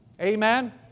Amen